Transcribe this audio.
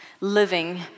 living